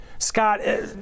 Scott